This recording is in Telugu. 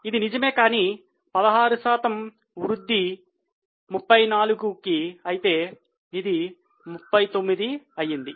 ఇది నిజమే కానీ 16 శాతం వృద్ధి 34 కి అయితే ఇది 39 అయింది